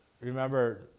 remember